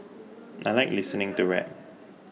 I like listening to rap